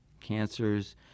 cancers